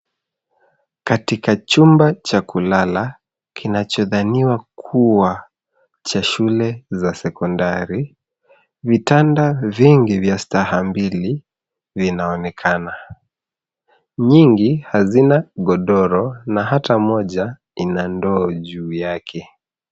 Katika chumba cha kulala kinachodhaniwa kuwa cha shule za sekondari. Vitanda vingi vya staha mbili vinaonekana. Nyingi hazina godoro na hata moja ina ndoo juu yake.